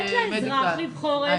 במדיקל.